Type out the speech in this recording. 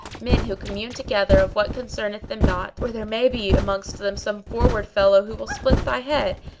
men who commune together of what concerneth them not or there may be amongst them some forward fellow who will split thy head,